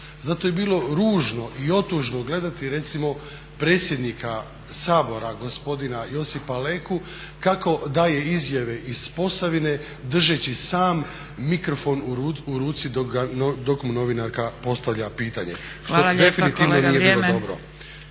Zato je bilo ružno i otužno gledati recimo predsjednika Sabora gospodina Josipa Leku kako daje izjave iz Posavine držeći sam mikrofon u ruci do mu novinarka postavlja pitanje što definitivno nije